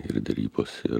ir derybos ir